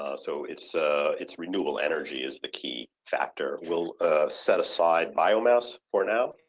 ah so, it's ah it's renewable energy is the key factor. we'll set aside biomass for now,